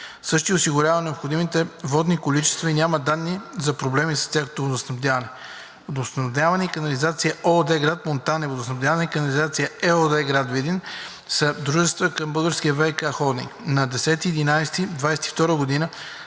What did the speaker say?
Същият осигурява необходимите водни количества и няма данни за проблеми с тяхното водоснабдяване. „Водоснабдяване и канализация“ ООД – град Монтана, и „Водоснабдяване и канализация“ ЕООД – град Видин, са дружества към „Български ВиК холдинг“ ЕАД. На 10 ноември